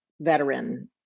veteran